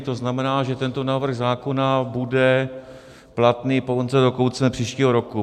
To znamená, že tento návrh zákona bude platný ke konci příštího roku.